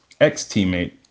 ex-teammate